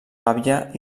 àvia